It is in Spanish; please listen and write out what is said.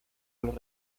los